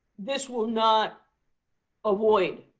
this will not avoid